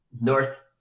North